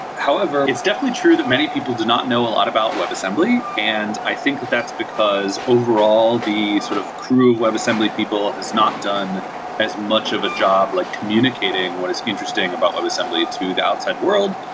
however, it's deftly true that many people do not know a lot about webassembly and i think that that's because, overall, the sort of crew webassembly people has not done as much of a job like communicating what is interesting about webassembly to the outside world.